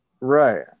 right